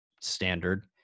standard